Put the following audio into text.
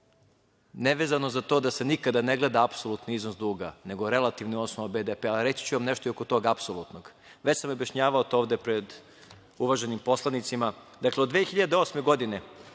nevezano za to da se nikada ne gleda apsolutni iznos duga, nego relativni osnov BDP-a. Reći ću vam nešto i oko toga apsolutnog. Već sam objašnjavao to ovde pred uvaženim poslanicima. Dakle, od 2008. godine